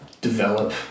develop